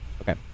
Okay